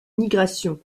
migrations